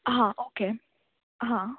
हां ओके हां